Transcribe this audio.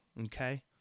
okay